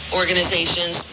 organizations